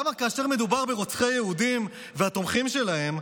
למה כאשר מדובר ברוצחי יהודים והתומכים שלהם,